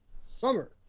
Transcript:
Summer